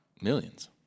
Millions